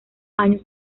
años